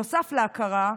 נוסף להכרה,